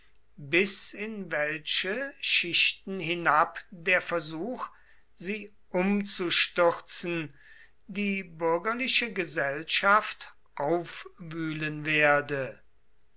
bis in welche schichten hinab der versuch sie umzustürzen die bürgerliche gesellschaft aufwühlen werde